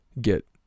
get